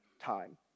time